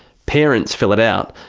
parents fill it out,